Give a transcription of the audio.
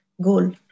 goal